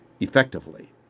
Effectively